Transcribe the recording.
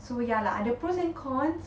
so ya lah are the pros and cons